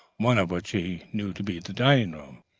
one of which he knew to be the dining-room.